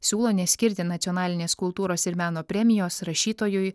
siūlo neskirti nacionalinės kultūros ir meno premijos rašytojui